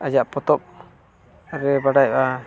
ᱟᱡᱟᱜ ᱯᱚᱛᱚᱵ ᱨᱮ ᱵᱟᱰᱟᱭᱚᱜᱼᱟ